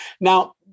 Now